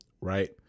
right